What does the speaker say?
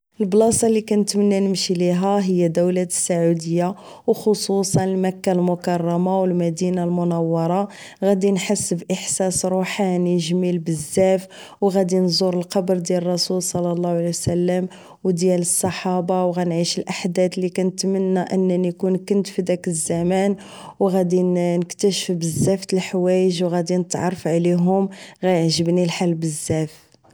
البلاصة اللي كنتمنى نمشي ليها هي دولة السعودية و خصوصا مكة المكرمة و المدينة المنورة غادي نحس باحساس روحاني جميل بزاف و غادي نزور القبر ديال الرسول صلى الله عليه و سلام و ديال الصحابة و غنعيش الاحداث اللي كنتمنى اني كون كنت فداك الزمان و غادي نكتشف بزاف تالاحوايج و غادي نتعرف عليهم غيعجبني الحال بزاف